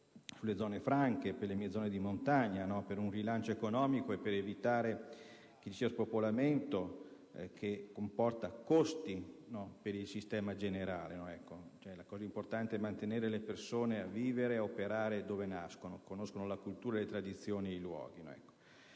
alle zone franche, le mie zone di montagna, per un rilancio economico e per evitare che vi sia lo spopolamento, che comporta costi per il sistema generale. È importante mantenere le persone a vivere e operare dove nascono, dal momento che conoscono la cultura, la tradizione e i luoghi.